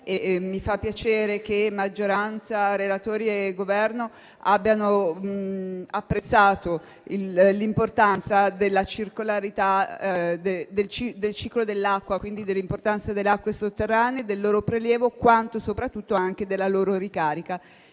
Mi fa piacere che maggioranza, relatori e Governo abbiano apprezzato l'importanza della circolarità del ciclo dell'acqua, quindi delle acque sotterranee e del loro prelievo, ma soprattutto della loro ricarica.